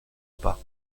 pas